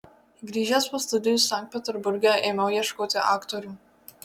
grįžęs po studijų sankt peterburge ėmiau ieškoti aktorių